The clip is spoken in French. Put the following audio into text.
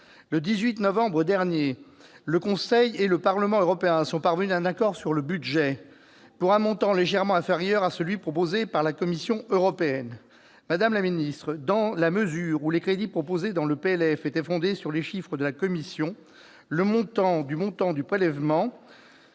Le 18 novembre dernier, le Conseil et le Parlement européens sont parvenus à un accord sur le budget, pour un montant légèrement inférieur à celui proposé par la Commission européenne. Madame la ministre, dans la mesure où les crédits proposés dans le projet de loi de finances étaient fondés sur les chiffres de la Commission, le montant du prélèvement